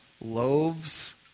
loaves